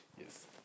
Yes